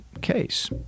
case